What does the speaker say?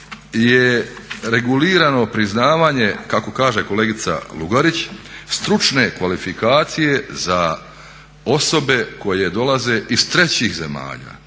je regulirano priznavanje kako kaže kolegica Lugarić stručne kvalifikacije za osobe koje dolaze iz 3. zemalja.